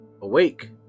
Awake